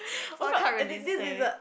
what kind as in this is a